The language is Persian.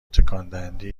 تکاندهندهای